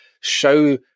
show